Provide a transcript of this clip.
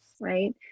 right